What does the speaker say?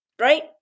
Right